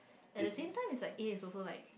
at the same time is like A is also like